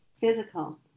physical